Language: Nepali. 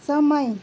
समय